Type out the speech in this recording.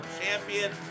champion